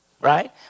right